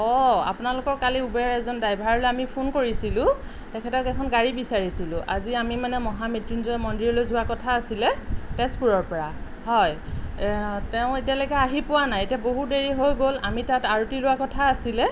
অঁ আপোনালোকৰ কালি উবেৰ এজন ড্ৰাইভাৰলৈ আমি ফোন কৰিছিলোঁ তেখেতক এখন গাড়ী বিচাৰিছিলোঁ আজি আমি মানে মহা মৃত্যুঞ্জয় মন্দিৰলৈ যোৱা কথা আছিলে তেজপুৰৰপৰা হয় তেওঁ এতিয়ালৈকে আহি পোৱা নাই এতিয়া বহু দেৰি হৈ গ'ল আমি তাত আৰতি লোৱা কথা আছিলে